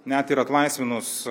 net ir atlaisvinus